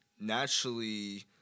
naturally